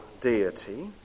deity